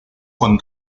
con